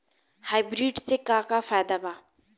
Hybrid से का का फायदा बा?